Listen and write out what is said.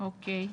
אוקיי,